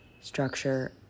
structure